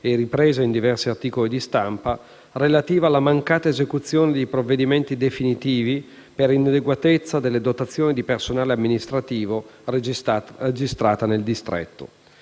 e ripresa in diversi articoli di stampa, relativa alla mancata esecuzione di provvedimenti definitivi per l'inadeguatezza delle dotazioni di personale amministrativo registrata nel distretto.